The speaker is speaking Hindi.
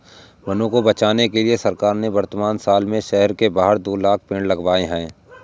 वनों को बचाने के लिए सरकार ने वर्तमान साल में शहर के बाहर दो लाख़ पेड़ लगाए हैं